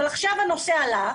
אבל עכשיו הנושא עלה.